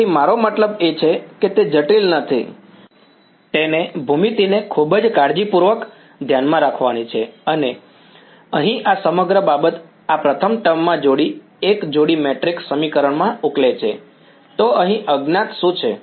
તેથી મારો મતલબ એ છે કે તે જટિલ નથી તેને ભૂમિતિને ખૂબ જ કાળજીપૂર્વક ધ્યાનમાં રાખવાની છે અને અહીં આ સમગ્ર બાબત આ પ્રથમ ટર્મમાં એક જોડી મેટ્રિક્સ સમીકરણમાં ઉકળે છે તો અહીં અજ્ઞાત શું છે